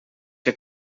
que